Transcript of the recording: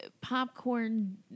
popcorn